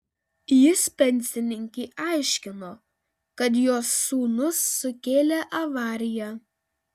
jis pensininkei aiškino kad jos sūnus sukėlė avariją